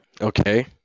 Okay